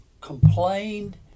complained